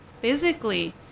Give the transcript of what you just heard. physically